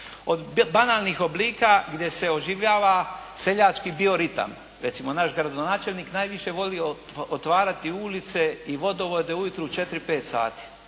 Od banalnih oblika gdje se oživljava seljački bioritam. Recimo naš gradonačelnik je najviše volio otvarati ulice i vodovode ujutro u četiri,